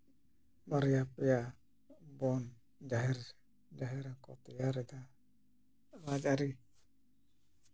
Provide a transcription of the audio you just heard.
ᱵᱟᱨᱭᱟ ᱯᱮᱭᱟ ᱵᱚᱱ ᱡᱟᱦᱮᱨ ᱡᱟᱦᱮᱨ ᱦᱚᱸᱠᱚ ᱛᱮᱭᱟᱨ ᱮᱫᱟ ᱨᱟᱡᱽ ᱟᱹᱨᱤ